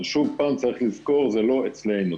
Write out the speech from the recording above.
אבל שוב צריך לזכור זה לא אצלנו.